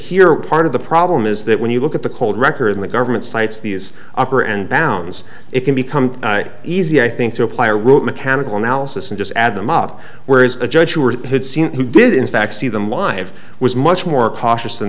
here part of the problem is that when you look at the cold record in the government sites these upper end bounds it can become easy i think to apply route mechanical analysis and just add them up where is a judge who were good scene who did in fact see them live was much more cautious than